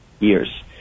Years